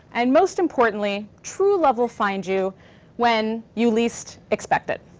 and most importantly, true love will find you when you least expect it.